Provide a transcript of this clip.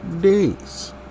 days